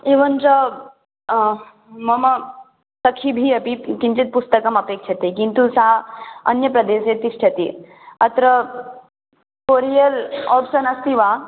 एवञ्च मम सखीभिः अपि कि किञ्चित् पुस्तकम् अपेक्ष्यते किन्तु सा अन्यप्रदेशे तिष्ठति अत्र कोरियर् आप्शन् अस्ति वा